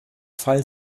fall